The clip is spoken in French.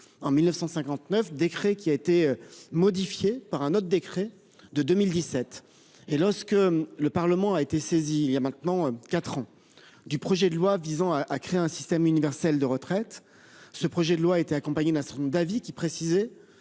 en 1959, décret qui a été modifié par un autre décret de 2017. Et lorsque le Parlement a été saisi il y a maintenant 4 ans, du projet de loi visant à créer un système universel de retraite. Ce projet de loi était accompagné Nasreen Davy qui précisé